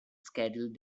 scheduled